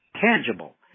tangible